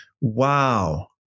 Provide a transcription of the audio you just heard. Wow